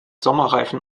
sommerreifen